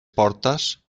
portes